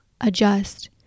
adjust